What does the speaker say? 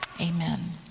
Amen